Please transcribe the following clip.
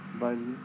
binding